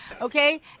Okay